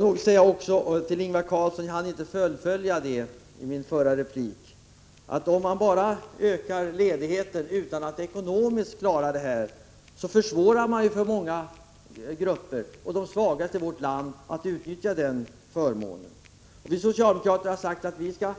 Låt mig också tillägga — jag hann inte säga detta i min replik till Ingvar Karlsson i Bengtsfors — att om man bara ökar ledigheten utan att ta hänsyn till det ekonomiska, då försvårar man för många grupper och för de svagaste i vårt land att utnyttja den förmånen. Vi socialdemokrater har sagt att vi skall